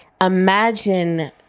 imagine